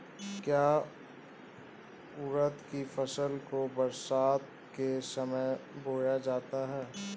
क्या उड़द की फसल को बरसात के समय बोया जाता है?